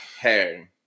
Hey